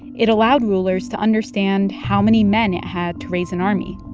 it allowed rulers to understand how many men it had to raise an army,